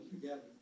together